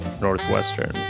Northwestern